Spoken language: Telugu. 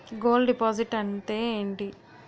గోల్డ్ డిపాజిట్ అంతే ఎంటి?